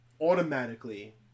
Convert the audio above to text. automatically